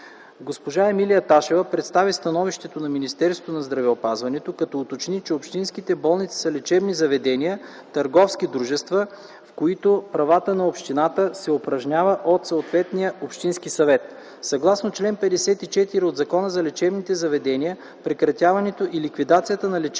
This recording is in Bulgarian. Госпожа Емилия Ташева представи становището на Министерството на здравеопазването, като уточни, че общинските болници са лечебни заведения – търговски дружества, в които правата на общината се упражняват от съответния общински съвет. Съгласно чл. 54 от Закона за лечебните заведения, прекратяването и ликвидацията на лечебно